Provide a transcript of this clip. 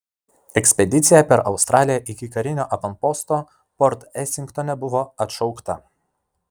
ekspedicija per australiją iki karinio avanposto port esingtone buvo atšaukta